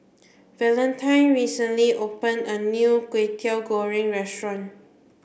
Valentine recently opened a new Kway Teow Goreng restaurant